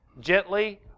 Gently